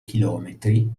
chilometri